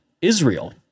Israel